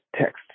text